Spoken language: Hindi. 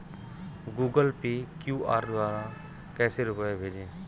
गूगल पे क्यू.आर द्वारा कैसे रूपए भेजें?